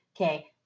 Okay